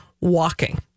walking